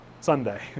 Sunday